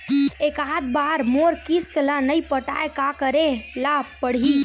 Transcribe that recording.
एकात बार मोर किस्त ला नई पटाय का करे ला पड़ही?